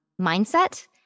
mindset